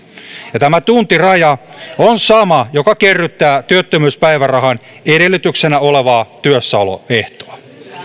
ja tämä tuntiraja on sama joka kerryttää työttömyyspäivärahan edellytyksenä olevaa työssäoloehtoa